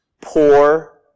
poor